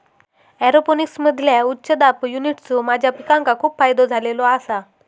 एरोपोनिक्समधील्या उच्च दाब युनिट्सचो माझ्या पिकांका खूप फायदो झालेलो आसा